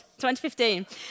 2015